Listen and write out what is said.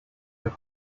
der